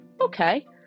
okay